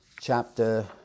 chapter